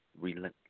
relentless